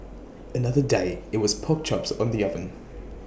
another day IT was pork chops on the oven